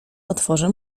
otworzę